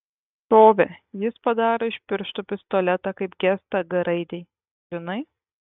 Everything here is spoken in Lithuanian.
šovė jis padaro iš pirštų pistoletą kaip gestą g raidei žinai